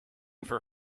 for